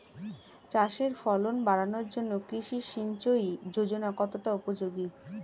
চাষের ফলন বাড়ানোর জন্য কৃষি সিঞ্চয়ী যোজনা কতটা উপযোগী?